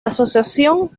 asociación